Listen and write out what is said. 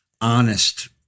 honest